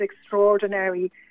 extraordinary